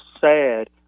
sad